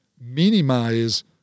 minimize